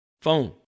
phone